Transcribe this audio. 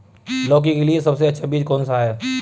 लौकी के लिए सबसे अच्छा बीज कौन सा है?